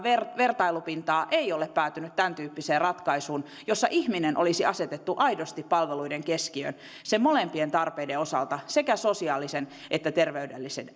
vertailupintaa ei ole päätynyt tämäntyyppiseen ratkaisuun jossa ihminen olisi asetettu aidosti palveluiden keskiöön molempien tarpeiden osalta sekä sosiaalisen että terveydellisen